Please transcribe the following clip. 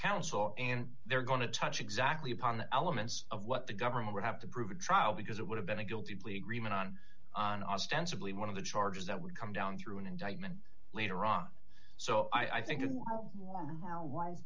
counsel and they're going to touch exactly upon the elements of what the government would have to prove a trial because it would have been a guilty plea agreement on an ostensibly one of the charges that would come down through an indictment later on so i think